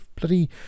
bloody